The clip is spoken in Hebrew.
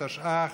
התשע"ח.